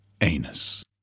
anus